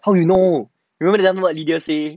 how you know you remember that time what lydia say